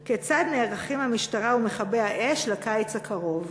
2. כיצד נערכים המשטרה ומכבי האש לקיץ הקרוב?